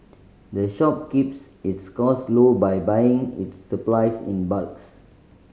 the shop keeps its costs low by buying its supplies in